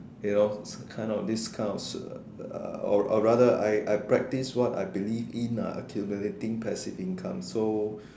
you know kind of this kind of uh or or rather I practice what I believe in ah accumulating passive income so